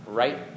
right